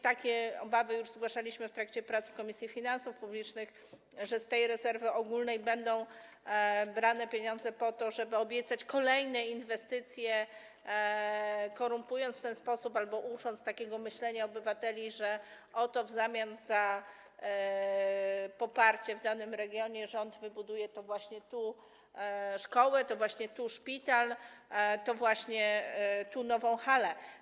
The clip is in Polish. Takie obawy już zgłaszaliśmy w trakcie prac w Komisji Finansów Publicznych, że z tej rezerwy ogólnej będą brane pieniądze po to, żeby obiecać kolejne inwestycje, korumpując w ten sposób obywateli albo ucząc ich takiego myślenia, że oto w zamian za poparcie w danym regionie rząd wybuduje to właśnie tu szkołę, to właśnie tu szpital, to właśnie tu nową halę.